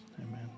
Amen